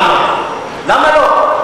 למה, למה לא?